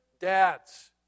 dads